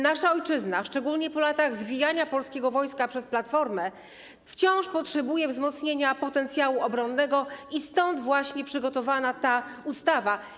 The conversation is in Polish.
Nasza ojczyzna, szczególnie po latach zwijania polskiego wojska przez Platformę, wciąż potrzebuje wzmocnienia potencjału obronnego i dlatego właśnie została przygotowana ta ustawa.